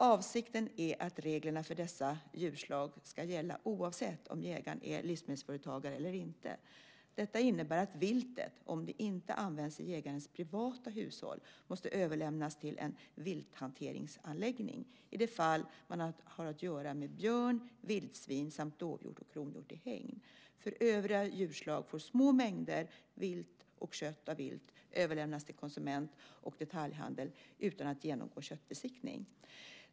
Avsikten är att reglerna för dessa djurslag ska gälla oavsett om jägaren är livsmedelsföretagare eller inte. Detta innebär att viltet, om det inte används i jägarens privata hushåll, måste överlämnas till en vilthanteringsanläggning i de fall man har att göra med björn, vildsvin, samt dovhjort och kronhjort i hägn. För övriga djurslag får små mängder vilt och kött av vilt överlämnas till konsument och detaljhandel utan att genomgå köttbesiktning.